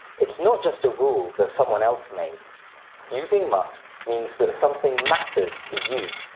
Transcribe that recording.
it's not just a rule that someone else made using must means that something matters to you.